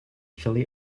chile